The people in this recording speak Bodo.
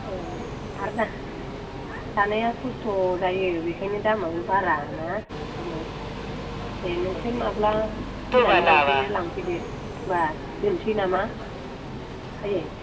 औ आरो दानाया खस्थ जायो बेखायनो दामाबो बारा ना ओंखायनो दे नोंसोर माब्ला फैनानै लांफैयो लांफैदो होनब्ला दोनसै नामा जायो